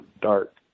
dark